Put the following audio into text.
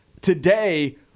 Today